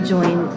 Join